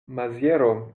maziero